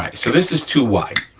so this is too wide.